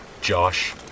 Josh